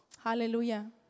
Hallelujah